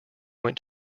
went